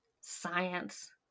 science